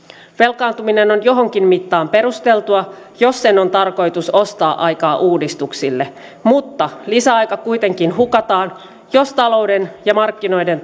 velkaantuminen on johonkin mittaan perusteltua jos sen tarkoitus on ostaa aikaa uudistuksille mutta lisäaika kuitenkin hukataan jos talouden ja markkinoiden